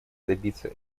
добиться